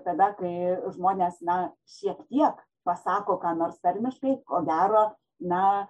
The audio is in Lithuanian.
tada kai žmonės na šiek tiek pasako ką nors tarmiškai o daro na